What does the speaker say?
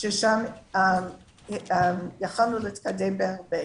ושם יכולנו להתקדם בהרבה.